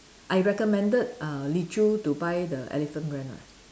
I recommended uh Li Choo to buy the elephant brand ah